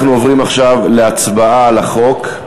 אנחנו עוברים עכשיו להצבעה על החוק.